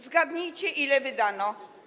Zgadnijcie, ile wydano?